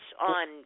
on